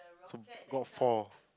so got four